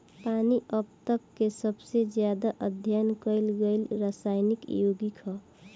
पानी अब तक के सबसे ज्यादा अध्ययन कईल गईल रासायनिक योगिक ह